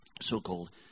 so-called